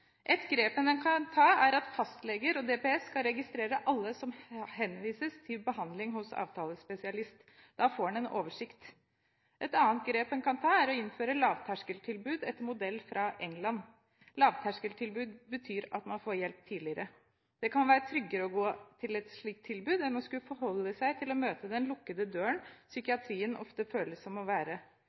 grep en kan ta, er at fastleger og DPS skal registrere alle som henvises til behandling hos avtalespesialist. Da får man en oversikt. Et annet grep en kan ta, er å innføre lavterskeltilbud etter modell fra England. Lavterskeltilbud betyr at man får hjelp tidligere. Det kan være tryggere å gå til et slikt tilbud enn å skulle forholde seg til å møte den lukkede døren psykiatrien ofte føles som.